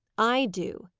i do,